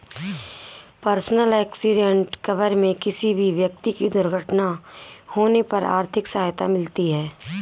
personal accident cover में किसी भी व्यक्ति की दुर्घटना होने पर आर्थिक सहायता मिलती है